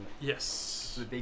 Yes